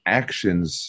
actions